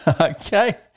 Okay